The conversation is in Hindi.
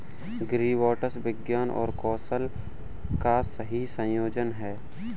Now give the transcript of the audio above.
एग्रीबॉट्स विज्ञान और कौशल का सही संयोजन हैं